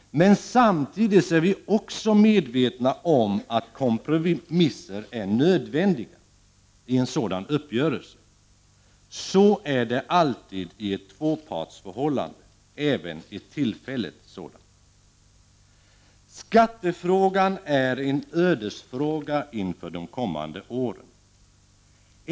Samtidigt är vi också medvetna om att kompromisser är nödvändiga i en sådan uppgörelse. Så är det alltid i ett tvåpartsförhållande, även i ett tillfälligt sådant. Skattefrågan är en ödesfråga inför de kommande åren.